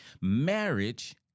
Marriage